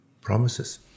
promises